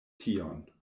tion